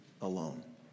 alone